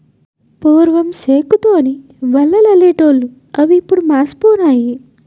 పూర్వం సేకు తోని వలలల్లెటూళ్లు అవిప్పుడు మాసిపోనాయి